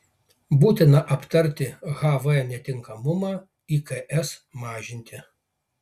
būtina aptarti hv netinkamumą iks mažinti